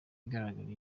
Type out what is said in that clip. igaragara